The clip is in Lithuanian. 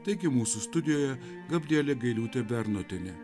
taigi mūsų studijoje gabrielė gailiūtė bernotienė